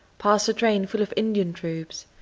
passed a train full of indian troops.